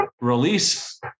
release